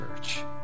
church